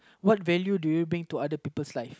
what value do you bring to other people's life